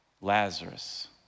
Lazarus